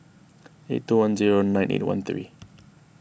eight two one zero nine eight one three